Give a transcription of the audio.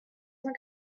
cent